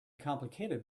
complicated